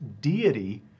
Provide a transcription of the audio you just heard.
deity